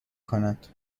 کند